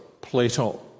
Plato